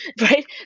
Right